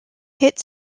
hit